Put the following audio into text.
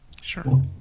Sure